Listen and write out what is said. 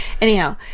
Anyhow